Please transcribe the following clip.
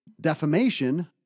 defamation